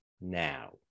now